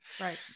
Right